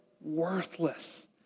worthless